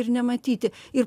ir nematyti ir